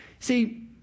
See